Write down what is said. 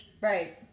right